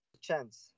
chance